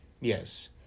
Yes